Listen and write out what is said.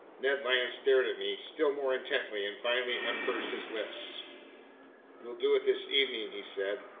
ned land stared at me still more intently and finally unpursed his lips we'll do it this evening, he said.